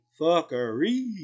Fuckery